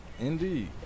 Indeed